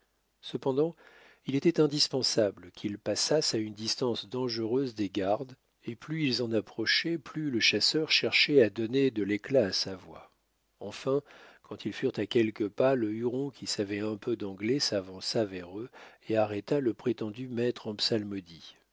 cependant il était indispensable qu'ils passassent à une distance dangereuse des gardes et plus ils en approchaient plus le chasseur cherchait à donner de l'éclat à sa voix enfin quand ils furent à quelques pas le huron qui savait un peu d'anglais s'avança vers eux et arrêta le prétendu maître en psalmodie